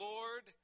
Lord